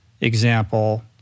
example